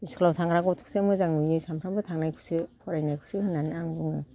स्कुलाव थांग्रा गथ'खौसो मोजां नुयो सानफ्रामबो थांनायखौसो फरायनायखौसो होननानै आं बुङो